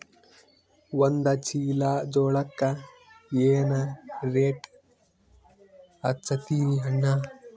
ಒಂದ ಚೀಲಾ ಜೋಳಕ್ಕ ಏನ ರೇಟ್ ಹಚ್ಚತೀರಿ ಅಣ್ಣಾ?